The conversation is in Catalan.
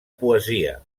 poesia